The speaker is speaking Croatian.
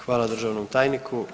Hvala državnom tajniku.